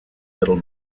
little